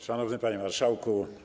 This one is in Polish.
Szanowny Panie Marszałku!